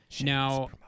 Now